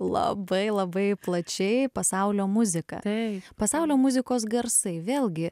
labai labai plačiai pasaulio muzika pasaulio muzikos garsai vėlgi